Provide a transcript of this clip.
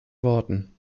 worten